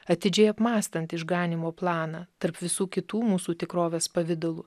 atidžiai apmąstant išganymo planą tarp visų kitų mūsų tikrovės pavidalų